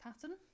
pattern